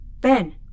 Ben